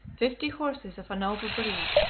fifty horses of a noble breed,